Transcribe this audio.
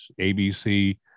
ABC